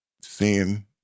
seeing